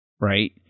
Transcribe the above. Right